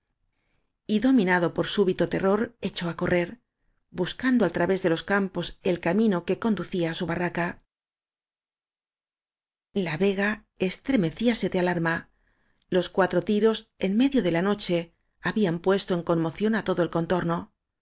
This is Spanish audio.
dominado por súbito terror echó á correr buscando al través de los campos el camino que conducía á su barraca la veo a o se estremecía de alarma los cuatro tiros en medio de la noche habían puestoen conmoción á todo el contorno